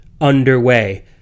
underway